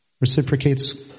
reciprocates